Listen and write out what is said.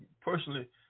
personally